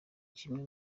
kimwe